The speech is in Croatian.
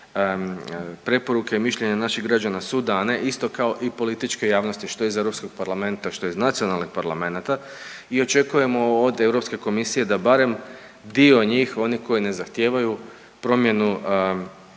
preporuke, mišljenja naših građana su dane isto kao i političke javnosti što iz Europskog parlamenta što iz nacionalnih parlamenata i očekujemo od Europske komisije da barem dio njih oni koji ne zahtijevaju promjenu